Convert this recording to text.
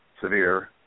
severe